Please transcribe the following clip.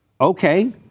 Okay